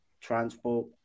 transport